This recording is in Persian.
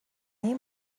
این